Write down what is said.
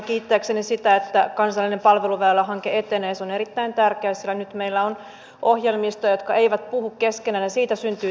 minusta tuntuu että kansallinen palveluväylähanke etenee sen erittäin tärkeä se nyt meillä on vähän monopolin huonot puolet tässä käsillä